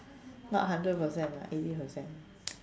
not hundred percent lah eighty percent lah